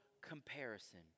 comparison